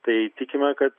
tai tikime kad